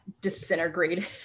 disintegrated